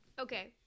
Okay